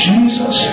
Jesus